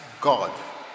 God